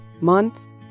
months